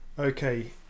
okay